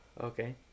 Okay